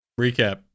recap